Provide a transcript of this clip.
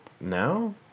Now